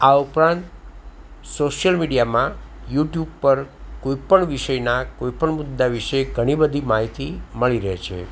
આ ઉપરાંત સોશિયલ મીડિયામાં યુટ્યુબ પર કોઈપણ વિષયના કોઈપણ મુદ્દા વિશે ઘણી બધી માહિતી મળી રહે છે